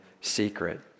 secret